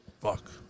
Fuck